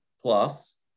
Plus